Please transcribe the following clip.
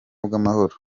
bw’amahoro